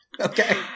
Okay